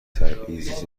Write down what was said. تبعیض